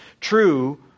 true